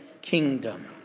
kingdom